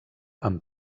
amb